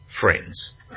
friends